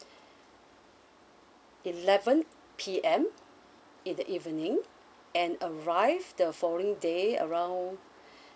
eleven P_M in the evening and arrive the following day around